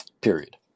Period